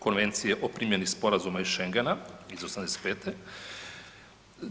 Konvencije o primjeni sporazuma iz Schengena iz '85.-te.